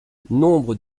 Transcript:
nombre